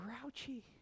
grouchy